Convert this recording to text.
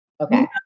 Okay